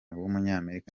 w’umunyamerika